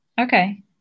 Okay